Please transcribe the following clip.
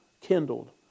kindled